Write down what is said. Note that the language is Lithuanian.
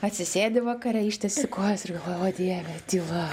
atsisėdi vakare ištiesi kojas ir galvoji o dieve tyla